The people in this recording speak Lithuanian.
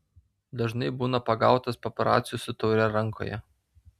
dažnai būna pagautas paparacių su taure rankoje